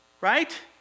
Right